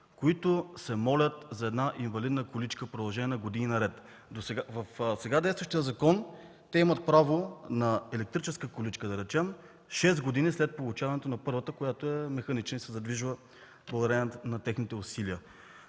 които се молят за една инвалидна количка в продължение на години наред. В сега действащия закон те имат право на електрическа количка да речем шест години след получаване на първата, която е механична, и се задвижва благодарение на техните усилия.